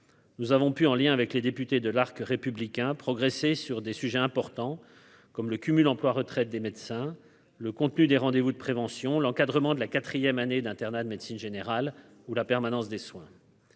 Nous avons pu en lien avec les députés de l'arc républicain progresser sur des sujets importants comme le cumul emploi-retraite des médecins le contenu des rendez vous de prévention, l'encadrement de la 4ème année d'internat de médecine générale ou la permanence des soins.